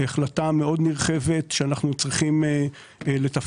היא החלטה נרחבת מאוד שאנחנו צריכים לתפעל,